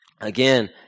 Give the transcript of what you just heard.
Again